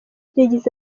yagize